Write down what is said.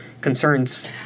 concerns